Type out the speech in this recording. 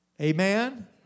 Amen